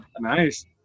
nice